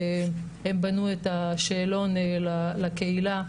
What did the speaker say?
הם בנו את השאלון לקהילה.